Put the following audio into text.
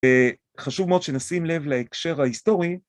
חשוב מאוד שנשים לב להקשר ההיסטורי